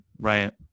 Right